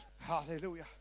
Hallelujah